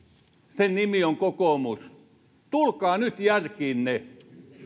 sen nimi on kokoomus tulkaa nyt järkiinne